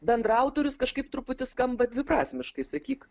bendraautorius kažkaip truputį skamba dviprasmiškai sakyk